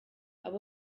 abo